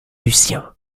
lucien